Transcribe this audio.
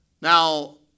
Now